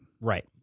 Right